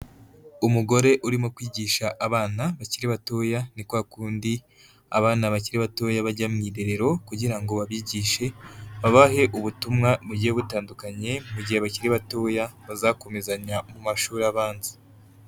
Umugore urimo kwigisha abana bakiri batoya, ni kwa kundi abana bakiri batoya bajya mu irerero kugira ngo babigishe, babahe ubutumwa bugiye butandukanye mu gihe bakiri batoya, bazakomezanya mu mashuri abanza.